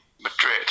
Madrid